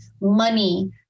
money